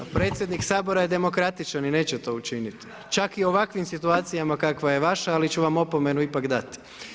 A predsjednik Sabora je demokratičan i neće to učiniti čak i u ovakvim situacijama kakva je vaša ali ću vam opomenu već dati.